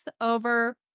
over